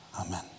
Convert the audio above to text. Amen